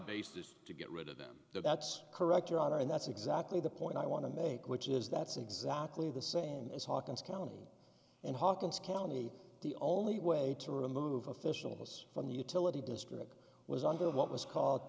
basis to get rid of them that's correct your honor and that's exactly the point i want to make which is that's exactly the same as hawkins county and hawkins county the only way to remove officials from the utility district was under what was called